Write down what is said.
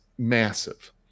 massive